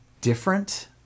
different